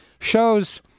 shows